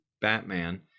batman